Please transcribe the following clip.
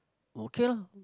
okay lah